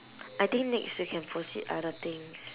I think next we can proceed other things